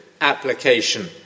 application